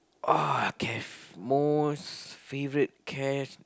ah caf~ most favorite ca~